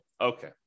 Okay